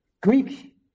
Greek